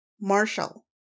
Marshall